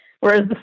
Whereas